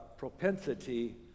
propensity